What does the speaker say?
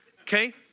okay